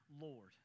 Lord